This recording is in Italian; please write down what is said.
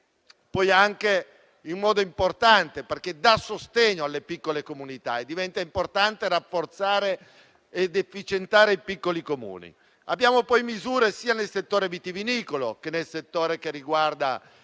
anche in modo importante, perché dà sostegno alle piccole comunità e diventa importante rafforzare ed efficientare i piccoli comuni. Abbiamo poi misure sia nel settore vitivinicolo che nel settore riguardante